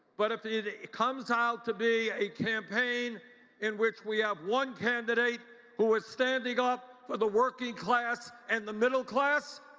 but if it ah it comes out to be a campaign in which we have one candidate who is standing up for the working class and the middle class,